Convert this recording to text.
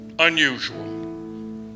unusual